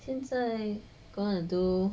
现在 gonna do